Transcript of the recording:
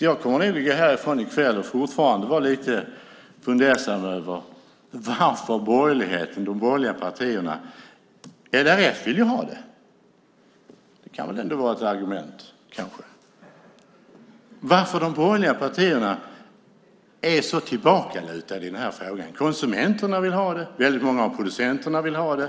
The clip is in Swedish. Jag kommer nog att gå härifrån i kväll och fortfarande vara lite fundersam över varför de borgerliga partierna är så tillbakalutade i den här frågan. Konsumenterna vill ha det. Väldigt många av producenterna vill ha det.